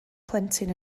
plentyn